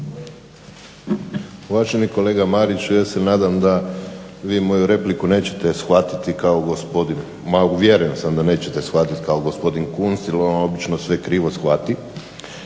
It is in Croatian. Uvaženi kolega Mariću ja se nadam da vi moju repliku nećete shvatiti kao gospodin, ma uvjeren sam da nećete shvatiti kao gospodin Kunst, jer on obično sve krivo shvati.